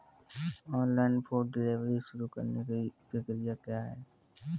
Online food delivery शुरू करने की प्रक्रिया क्या है?